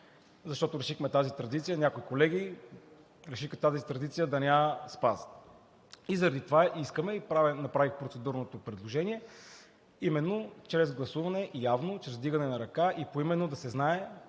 тази причина, защото някои колеги решиха тази традиция да не я спазят. И заради това искаме – и направих процедурното предложение, именно чрез гласуване – явно, чрез вдигане на ръка и поименно да се знае